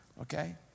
okay